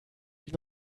ich